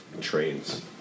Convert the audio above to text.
trains